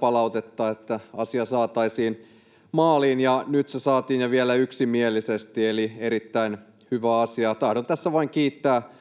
palautetta, että asia saataisiin maaliin. Nyt se saatiin ja vielä yksimielisesti, eli erittäin hyvä asia. Tahdon tässä vain kiittää